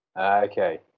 Okay